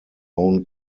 own